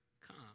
come